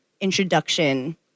introduction